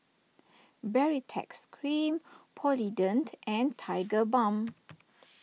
Baritex Cream Polident and Tigerbalm